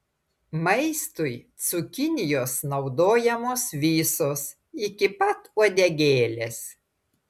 maistui cukinijos naudojamos visos iki pat uodegėlės